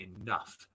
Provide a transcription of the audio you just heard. enough